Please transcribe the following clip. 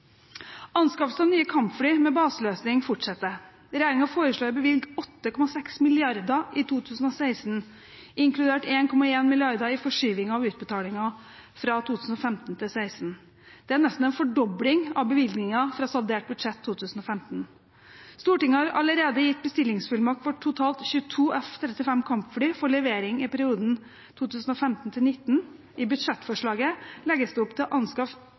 Anskaffelsen av nye kampfly med baseløsning fortsetter. Regjeringen foreslår å bevilge 8,6 mrd. kr i 2016 inkludert 1,1 mrd. kr i forskyving av utbetalingen fra 2015 til 2016. Det er nesten en fordobling av bevilgningen fra saldert budsjett 2015. Stortinget har allerede gitt bestillingsfullmakt for totalt 22 F-35 kampfly for levering i perioden 2015–2019. I budsjettforslaget legges det opp til